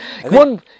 One